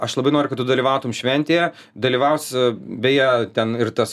aš labai noriu kad tu dalyvautum šventėje dalyvaus beje ten ir tas